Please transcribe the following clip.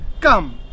Come